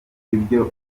ibyo